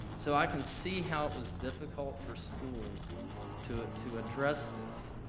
so i can see how it was difficult for schools to to address this.